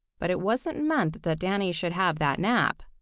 but it wasn't meant that danny should have that nap.